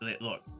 look